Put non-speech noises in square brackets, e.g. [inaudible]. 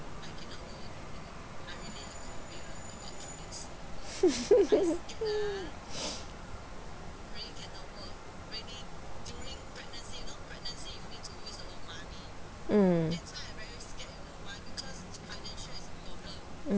[laughs] mm